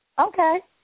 Okay